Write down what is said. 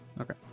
Okay